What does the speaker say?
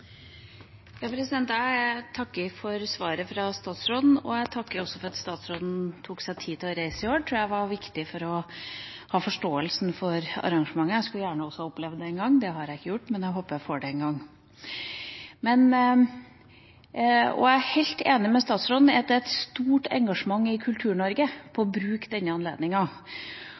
for svaret fra statsråden, og jeg takker også for at statsråden tok seg tid til å reise i år. Det tror jeg var viktig for å ha forståelse for arrangementet. Jeg skulle også gjerne ha opplevd det en gang – det har jeg ikke gjort, men jeg håper å få oppleve det en gang. Jeg er helt enig med statsråden i at det er et stort engasjement i Kultur-Norge rundt å bruke denne